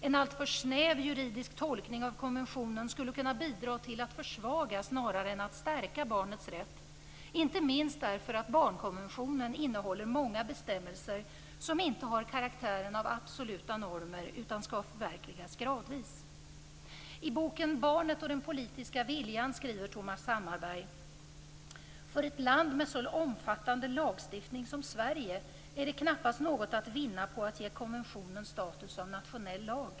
En alltför snäv juridisk tolkning av konventionen skulle kunna bidra till att försvaga snarare än att stärka barnets rätt, inte minst därför att barnkonventionen innehåller många bestämmelser som inte har karaktären av absoluta normer utan skall förverkligas gradvis. "För ett land med så omfattande lagstiftning som Sverige är det knappast något att vinna på att ge konventionen status av nationell lag.